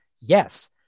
Yes